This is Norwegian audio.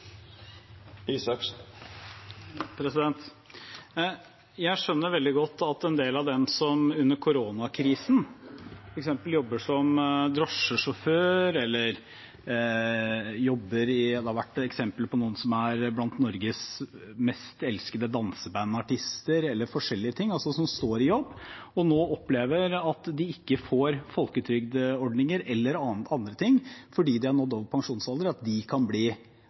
Jeg skjønner veldig godt at de som under koronakrisen f.eks. jobber som drosjesjåfør, eller, som det har vært eksempler på, noen som er blant Norges mest elskede dansebandartister, eller forskjellige ting, som står i jobb og nå opplever at de ikke får folketrygdordninger eller andre ting fordi de har nådd pensjonsalder, blir overrasket og at